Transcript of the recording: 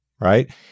right